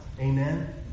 Amen